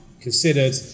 considered